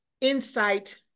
insight